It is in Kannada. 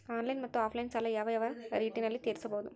ಆನ್ಲೈನ್ ಮತ್ತೆ ಆಫ್ಲೈನ್ ಸಾಲ ಯಾವ ಯಾವ ರೇತಿನಲ್ಲಿ ತೇರಿಸಬಹುದು?